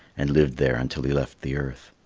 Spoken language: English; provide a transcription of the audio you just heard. and lived there until he left the earth.